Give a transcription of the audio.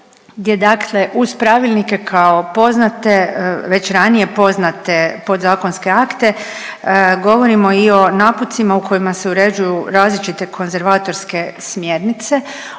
gdje dakle uz pravilnike kao poznate, već ranije poznate podzakonske akte govorimo i o naputcima u kojima se uređuju različite konzervatorske smjernice.